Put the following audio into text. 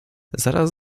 zaraz